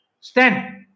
Stand